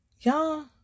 y'all